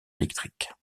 électrique